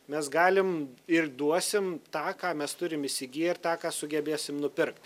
mes galim ir duosim tą ką mes turim įsigiję ir tą ką sugebėsim nupirkt